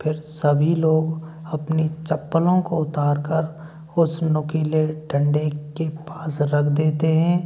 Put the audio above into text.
फिर सभी लोग अपनी चप्पलों को उतार कर उस नुकीले डंडे के पास रख देते हैं